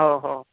ओहो